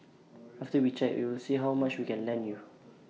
after we check we will see how much we can lend you